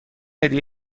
هدیه